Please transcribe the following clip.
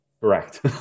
Correct